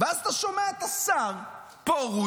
ואז אתה שומע את השר פרוש,